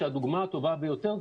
שהדוגמה הטובה ביותר,